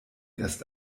erst